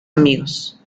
amigos